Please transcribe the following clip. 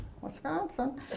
Wisconsin